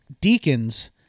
deacons